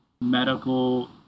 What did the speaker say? medical